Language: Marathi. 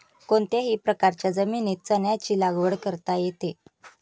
कोणत्याही प्रकारच्या जमिनीत चण्याची लागवड करता येते